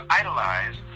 idolize